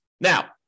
Now